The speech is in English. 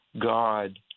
God